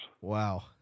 Wow